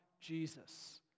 Jesus